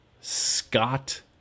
Scott